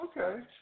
okay